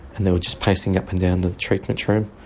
and they were just pacing up and down the treatment room.